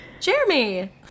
Jeremy